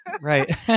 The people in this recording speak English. Right